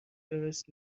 درست